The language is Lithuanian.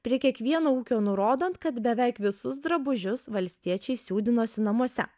prie kiekvieno ūkio nurodant kad beveik visus drabužius valstiečiai siūdinosi namuose